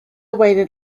waited